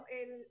el